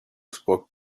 spoke